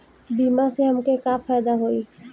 बीमा से हमके का फायदा होई?